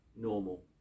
normal